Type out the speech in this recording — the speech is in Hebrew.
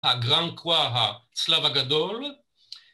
הגרנקווה הצלב הגדול